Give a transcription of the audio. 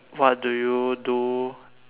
what do you do